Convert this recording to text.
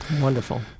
Wonderful